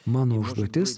mano užduotis